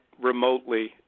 remotely